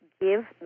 give